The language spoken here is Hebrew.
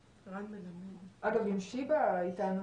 אגב, האם שיבא איתנו?